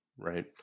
Right